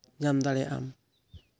ᱧᱟᱢ ᱫᱟᱲᱮᱭᱟᱜ ᱟᱢ